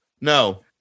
No